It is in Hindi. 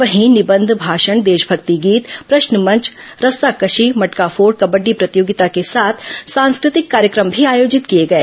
वहीं निबंध भाषण देशभक्ति गीत प्रश्न मंच रस्साकसी मटकाफोड कबडडी प्रतियोगिता के साथ सांस्कृतिक कार्यक्रम भी आयोजित किए गए